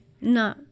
no